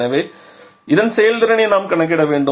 எனவே இதன் செயல்திறனை நாம் கணக்கிட வேண்டும்